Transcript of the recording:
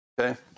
Okay